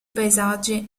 paesaggi